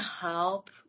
help